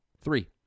Three